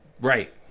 Right